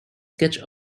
sketch